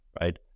right